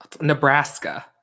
Nebraska